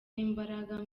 imbaraga